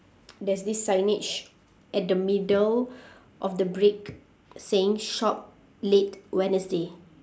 there's this signage at the middle of the brick saying shop late wednesday